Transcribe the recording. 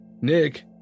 Nick